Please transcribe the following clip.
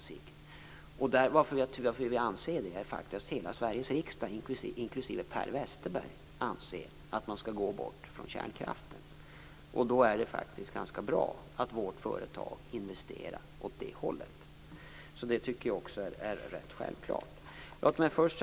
Skälet till att vi anser det är att hela Sveriges riksdag, inklusive Per Westerberg, faktiskt anser att man skall gå ifrån kärnkraften. Då är det faktiskt ganska bra att vårt företag investerar åt det hållet. Det tycker jag är rätt så självklart.